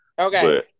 Okay